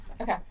Okay